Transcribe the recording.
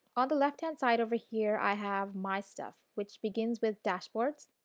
on the left hand side over here, i have my stuff which begins with dash boards.